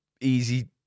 easy